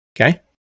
Okay